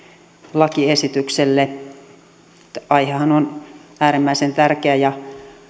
lakiesitykselle aihehan on äärimmäisen tärkeä ja